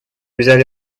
взяли